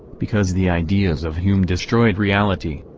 because the ideas of hume destroyed reality.